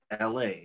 LA